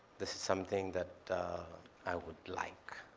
this is something that i would like,